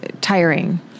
tiring